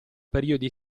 periodi